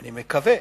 אני מקווה,